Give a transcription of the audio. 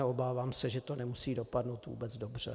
Obávám se, že to nemusí dopadnout vůbec dobře.